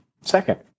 Second